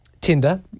Tinder